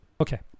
okay